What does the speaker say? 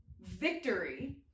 victory